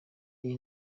iyi